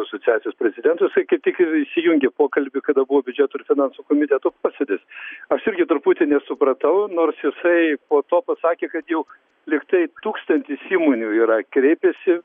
asociacijos prezidentas tai kaip tik ir įsijungė pokalbį kada buvo biudžeto ir finansų komiteto posėdis aš irgi truputį nesupratau nors jisai po to pasakė kad juk lygtai tūkstantis įmonių yra kreipęsi